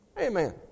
Amen